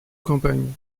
campagne